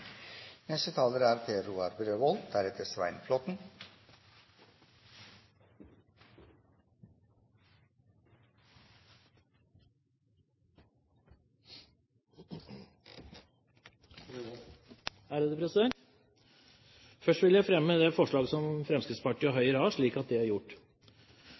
Først vil jeg fremme det forslaget som Fremskrittspartiet og Høyre har, slik at det er gjort.